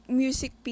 music